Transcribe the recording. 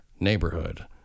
Neighborhood